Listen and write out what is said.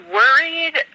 worried